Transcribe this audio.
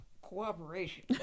cooperation